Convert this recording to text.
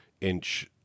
inch